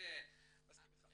מסכים איתך.